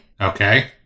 Okay